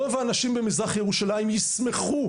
רוב האנשים במזרח ירושלים ישמחו ללמוד.